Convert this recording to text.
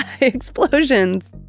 explosions